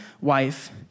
wife